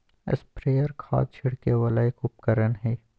sprayer खाद छिड़के वाला एक उपकरण हय